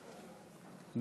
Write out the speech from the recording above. המחנה הציוני,